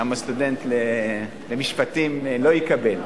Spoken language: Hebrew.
למה סטודנט למשפטים לא יקבל?